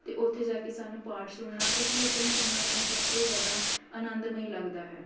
ਅਤੇ ਉੱਥੇ ਜਾ ਕੇ ਸਾਨੂੰ ਪਾਠ ਸੁਣਨਾ ਅਤੇ ਕੀਰਤਨ ਸੁਣਨਾ ਸਾਨੂੰ ਸਭ ਤੋਂ ਜਿਆਦਾ ਆਨੰਦਮਈ ਲੱਗਦਾ ਹੈ